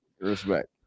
Respect